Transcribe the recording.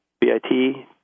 B-I-T